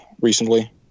recently